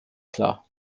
klar